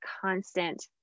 constant